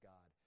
God